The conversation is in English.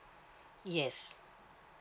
yes